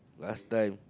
last time